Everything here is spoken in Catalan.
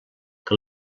que